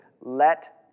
let